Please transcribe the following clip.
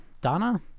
Donna